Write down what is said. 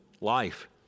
life